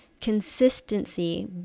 consistency